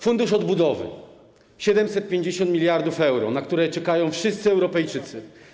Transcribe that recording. Fundusz Odbudowy, 750 mld euro, na które czekają wszyscy Europejczycy.